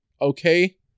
okay